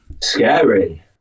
Scary